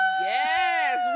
Yes